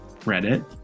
reddit